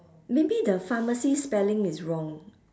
maybe the pharmacy spelling is wrong